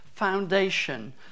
foundation